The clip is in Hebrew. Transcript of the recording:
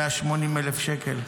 180,000 שקל.